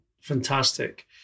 Fantastic